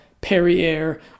perrier